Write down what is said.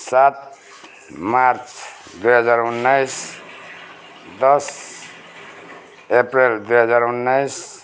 सात मार्च दुइ हजार उन्नाइस दस अप्रेल दुई हजार उन्नाइस